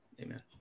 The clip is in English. Amen